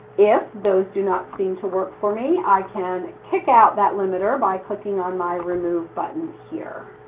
if those do not seem to work for me, i can kick out that limiter by clicking on my remove button here.